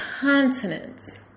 continents